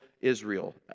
Israel